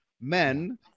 Men